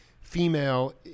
female